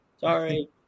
Sorry